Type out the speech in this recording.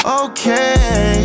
okay